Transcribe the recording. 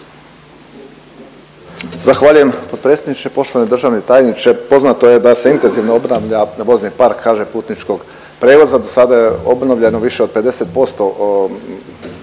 Zahvaljujem potpredsjedniče. Poštovani državni tajniče, poznato je da se intenzivno obnavlja vozni park HŽ-Putničkog prijevoza, dosada je obnovljeno više od 50%